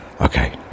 Okay